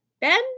Ben